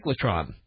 cyclotron